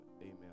Amen